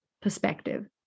perspective